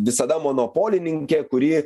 visada monopolininkė kuri